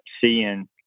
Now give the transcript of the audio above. seeing